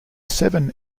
seven